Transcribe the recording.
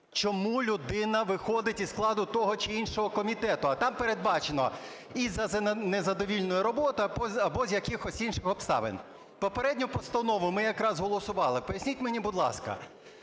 чому людина виходить із складу того чи іншого комітету. А там передбачено: і за незадовільну роботу або з якихось інших обставин. Попередню постанову ми якраз голосували. Поясніть мені, будь ласка,